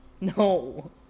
No